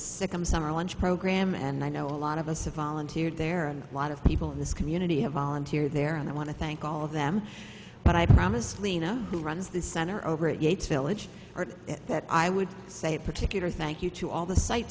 second summer lunch program and i know a lot of us have volunteered there and a lot of people in this community have volunteered there and i want to thank all of them but i promised lena who runs this center over at yates village or at that i would say particular thank you to all the site